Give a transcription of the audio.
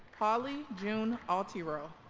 holly june altiero